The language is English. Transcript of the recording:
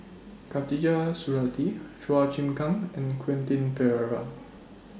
Khatijah Surattee Chua Chim Kang and Quentin Pereira